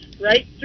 right